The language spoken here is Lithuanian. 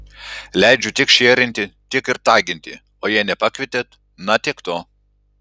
leidžiu tiek šėrinti tiek ir taginti o jei nepakvietėt na tiek to